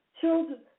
Children